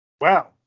Wow